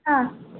ಹಾಂ